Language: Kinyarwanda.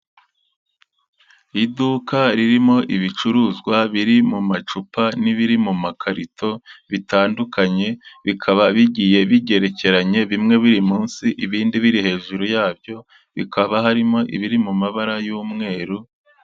Iduka ririmo ibicuruzwa biri mu macupa n'ibiri mu makarito bitandukanye, bikaba bigiye bigerekeranye bimwe biri munsi, ibindi biri hejuru yabyo, bikaba harimo ibiri mu mabara y'umweru.